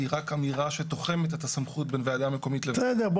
היא רק אמירה שתוחמת את הסמכות בין הוועדה המקומית לבין --- בסדר,